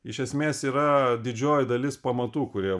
iš esmės yra didžioji dalis pamatų kurie